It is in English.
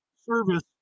service